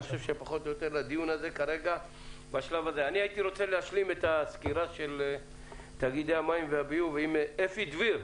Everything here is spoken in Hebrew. אני הייתי רוצה להשלים את סקירת תאגידי המים והביוב עם אפי דביר.